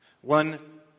One